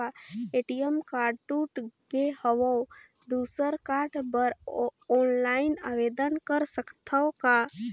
ATM card टूट गे हववं दुसर कारड बर ऑनलाइन आवेदन कर सकथव का?